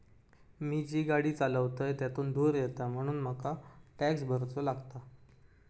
मी जी गाडी चालवतय त्यातुन धुर येता म्हणून मका टॅक्स भरुचो लागता